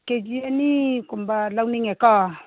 ꯀꯦ G ꯑꯅꯤꯀꯨꯝꯕ ꯂꯧꯅꯤꯡꯉꯦꯀꯣ